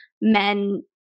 Men